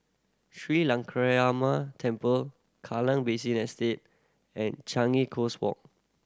Sri Lankaramaya Temple Kallang Basin Estate and Changi Coast Walk